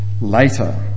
later